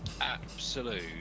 absolute